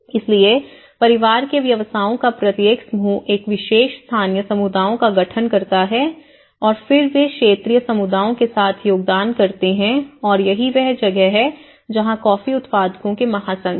इसलिए परिवार के व्यवसायों का प्रत्येक समूह एक विशेष स्थानीय समुदायों का गठन करता है और फिर वे क्षेत्रीय समुदायों के साथ योगदान करते हैं और यही वह जगह है जहां कॉफी उत्पादकों के महासंघ है